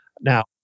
Now